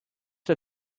der